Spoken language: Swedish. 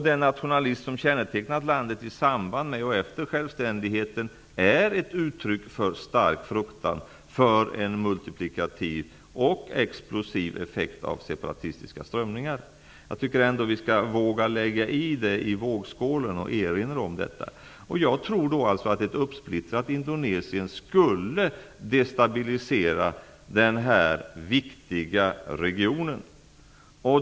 Den nationalism som kännetecknat landet i samband med och efter självständigheten är ett uttryck för stark fruktan för en multiplikativ och explosiv effekt av separatistiska strömningar. Jag tycker ändå att vi skall våga lägga detta i vågskålen och erinra om detta. Jag tror att ett uppsplittrat Indonesien skulle destabilisera den viktiga regionen.